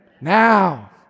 now